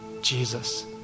Jesus